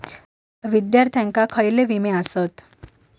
विद्यार्थ्यांका खयले विमे आसत?